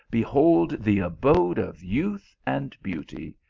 behold the abode of youth and beauty,